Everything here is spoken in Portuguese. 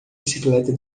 bicicleta